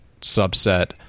subset